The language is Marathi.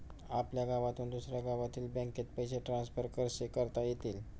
आपल्या गावातून दुसऱ्या गावातील बँकेत पैसे ट्रान्सफर कसे करता येतील?